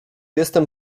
jestem